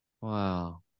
Wow